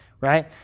right